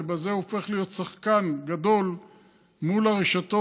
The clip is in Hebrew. ובזה הוא הופך להיות שחקן גדול מול הרשתות,